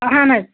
اَہن حظ